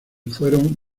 fueron